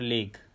League